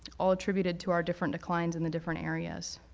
all attributed to our different declines in the different areas.